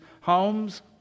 homes